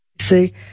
see